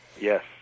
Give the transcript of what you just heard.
Yes